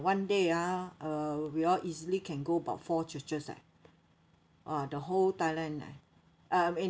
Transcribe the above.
one day ah uh we all easily can go about four churches eh ah the whole thailand eh um in